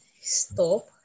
Stop